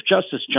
Justice